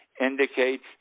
indicates